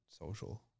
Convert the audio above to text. social